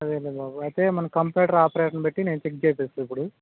అదే బాబు అయితే మన కంప్యూటర్ ఆపరేటన్ను పెట్టి చెక్ చేయిస్తాను ఇప్పుడు